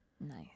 Nice